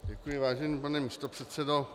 Děkuji, vážený pane místopředsedo.